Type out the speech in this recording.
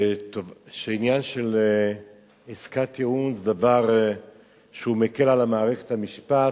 עניין של עסקת טיעון זה דבר שמקל על מערכת המשפט,